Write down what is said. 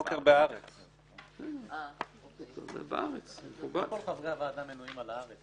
בחוק הזה צריך לדבר לא חצי שעה,